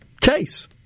case